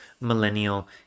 millennial